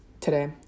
today